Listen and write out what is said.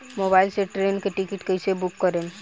Mobile से train के ticket कैसे बूक करेम?